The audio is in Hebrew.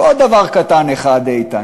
ועוד דבר קטן אחד, איתן.